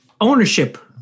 ownership